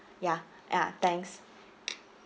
ya ya thanks